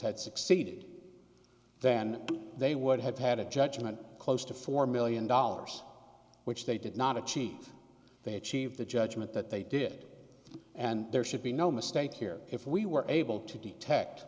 had succeeded then they would have had a judgment close to four million dollars which they did not achieve they achieve the judgment that they did and there should be no mistake here if we were able to detect